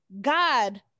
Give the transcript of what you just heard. God